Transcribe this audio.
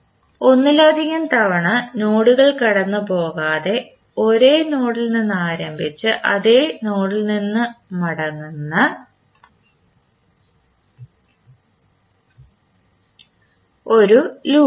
ഒന്നിലധികം തവണ നോഡുകൾ കടന്നുപോകാതെ ഒരേ നോഡിൽ നിന്ന് ആരംഭിച്ച് അതേ നോഡിലേക്ക് മടങ്ങിവരുന്ന ഒരു ലൂപ്പാണിത്